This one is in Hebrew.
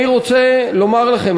אני רוצה לומר לכם,